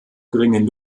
geringen